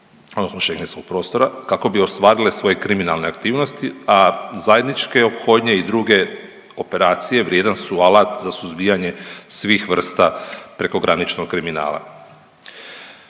odnosno Šengenskog prostora, kako bi ostvarile svoje kriminalne aktivnosti, a zajedničke ophodne i druge operacije vrijedan su alat za suzbijanje svih vrsta prekograničnog kriminala.